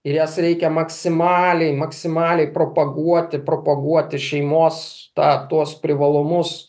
ir jas reikia maksimaliai maksimaliai propaguoti propaguoti šeimos tą tuos privalumus